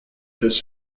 this